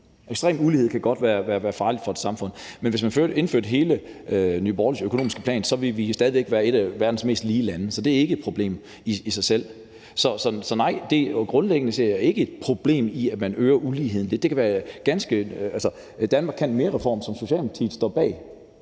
Ekstrem ulighed kan godt være farligt for et samfund. Men hvis man indførte hele Nye Borgerliges økonomiske plan, ville vi stadig væk være et af verdens mest lige lande. Så det er ikke et problem i sig selv. Så nej, grundlæggende ser jeg ikke et problem i, at man øger uligheden. Altså, »Danmark kan mere I«-reformen, som Socialdemokratiet står bag,